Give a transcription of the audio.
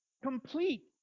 Complete